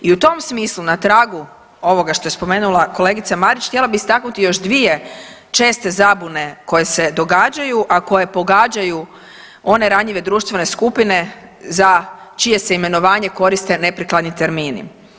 I u tom smislu na tragu ovoga što je spomenula kolegica Marić htjela bih istaknuti još dvije česte zabune koje se događaju, a koje pogađaju one ranjive društvene skupine za čije se imenovanje koriste neprikladni termini.